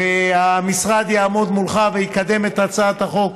והמשרד יעבוד מולך ויקדם את הצעת החוק,